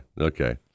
Okay